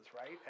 right